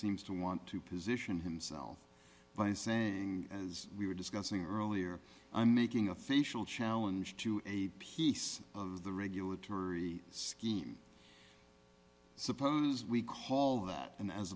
seems to want to position himself by saying as we were discussing earlier i'm making a facial challenge to a piece of the regulatory scheme suppose we call that and as